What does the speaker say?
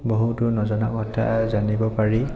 বহুতো নজনা কথা জানিব পাৰি